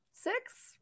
six